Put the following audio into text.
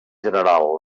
general